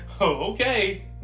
okay